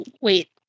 Wait